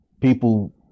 people